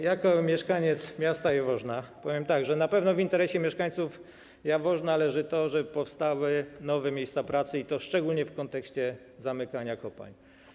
Jako mieszkaniec miasta Jaworzna powiem, że na pewno w interesie mieszkańców Jaworzna leży to, żeby powstały nowe miejsca pracy, szczególnie w kontekście zamykania kopalń.